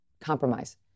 compromise